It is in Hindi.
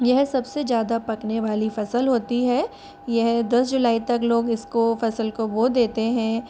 यह सबसे ज़्यादा पकने वाली फ़सल होती है यह दस जुलाई तक लोग इसको फ़सल को बो देते हैं